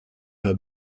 her